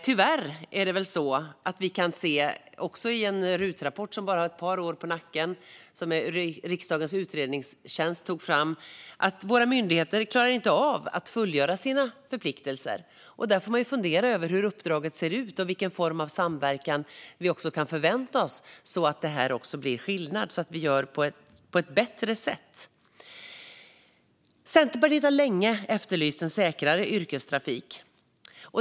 Tyvärr kan vi se i en RUT-rapport som har bara ett par år på nacken - det är alltså riksdagens utredningstjänst som tagit fram den - att våra myndigheter inte klarar av att fullgöra sina förpliktelser. Där får man fundera över hur uppdraget ser ut och vilken form av samverkan vi kan förvänta oss så att det blir skillnad och så att man gör på ett bättre sätt. Centerpartiet har länge efterlyst en säkrare yrkestrafik.